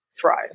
thrive